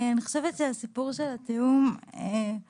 אני חושבת שהסיפור של התיאום יכול